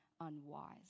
unwise